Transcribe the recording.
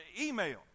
Email